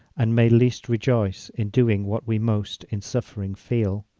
and may least rejoice in doing what we most in suffering feel.